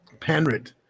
Panrit